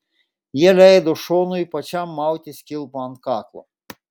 jie leido šonui pačiam mautis kilpą ant kaklo